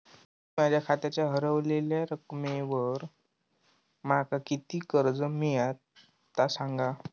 मी माझ्या खात्याच्या ऱ्हवलेल्या रकमेवर माका किती कर्ज मिळात ता सांगा?